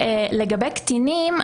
לגבי קטינים.